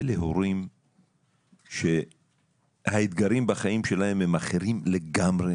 אלה הורים שהאתגרים בחיים שלהם הם אחרים לגמרי